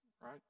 right